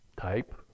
type